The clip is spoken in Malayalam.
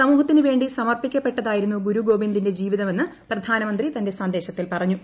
സമൂഷ്ട്ത്തിന് വേണ്ടി സമർപ്പിക്കപ്പെട്ടതായിരുന്നു ഗുരു ഗോബിന്ദിന്റെ ജീവിത്തമെന്ന് പ്രധാനമന്ത്രി തന്റെ സന്ദേശത്തിൽ പറഞ്ഞു